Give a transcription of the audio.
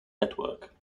network